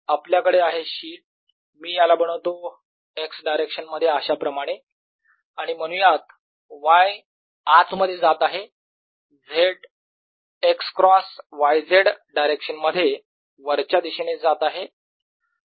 आपल्याकडे आहे शीट मी याला बनवतो x डायरेक्शन मध्ये अशा प्रमाणे आणि म्हणूयात y आत मध्ये जात आहे x cross y z direction मध्ये वरच्या दिशेने जात आहे